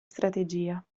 strategia